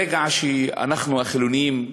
ברגע שאנחנו החילונים,